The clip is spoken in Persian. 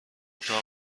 اتاق